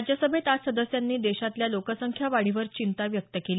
राज्यसभेत आज सदस्यांनी देशातली लोकसंख्या वाढीवर चिंता व्यक्त केली